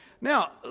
Now